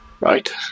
Right